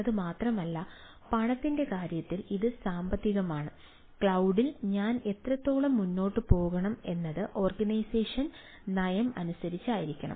എന്നത് മാത്രമല്ല പണത്തിന്റെ കാര്യത്തിൽ ഇത് സാമ്പത്തികമാണ് ക്ലൌഡിൽ ഞാൻ എത്രത്തോളം മുന്നോട്ട് പോകണം എന്നത് ഓർഗനൈസേഷൻ നയം അനുസരിച്ചായിരിക്കണം